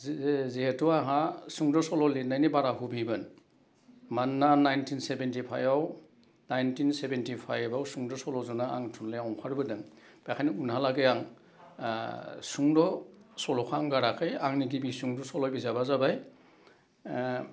जिहेथु आंहा सुद' सल' लिरनायनि बारा हुबिमोन मानोना नाइनटिन सेभेनटि फाइभाव सुंद' सल' रुजुना आं थुनलाइयाव अंखार बोदों बेखायनो उनहालागै आं सुंद' सल'खौ आं गाराखै आंनि गिबि सुंद' सल' बिजाबा जाबाय